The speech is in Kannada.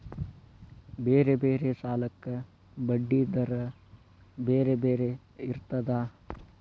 ಬೇರೆ ಬೇರೆ ಸಾಲಕ್ಕ ಬಡ್ಡಿ ದರಾ ಬೇರೆ ಬೇರೆ ಇರ್ತದಾ?